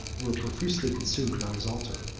were profusely consumed on his altar.